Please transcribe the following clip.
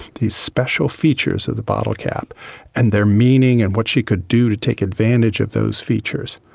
these special features of the bottle cap and their meaning and what she could do to take advantage of those features.